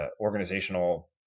organizational